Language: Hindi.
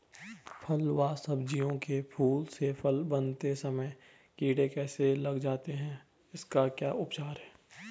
फ़ल व सब्जियों के फूल से फल बनते समय कीड़े कैसे लग जाते हैं इसका क्या उपचार है?